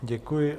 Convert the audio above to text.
Děkuji.